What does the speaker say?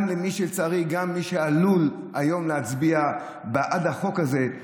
גם של מי שלצערי עלול היום להצביע בעד החוק הזה,